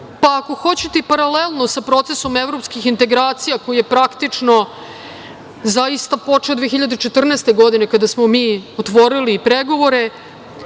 pa ako hoćete i paralelno sa procesom evropskim integracija koji je praktično zaista počeo 2014. godine kada smo otvorili pregovore,